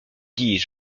dis